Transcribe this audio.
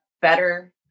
better